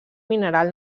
mineral